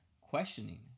questioning